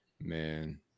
man